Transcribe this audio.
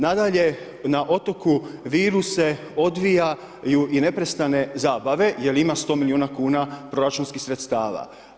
Nadalje, na otoku Viru se odvijaju neprestane zabave jer ima 100 milijuna kuna proračunski sredstava.